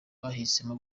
bahisemo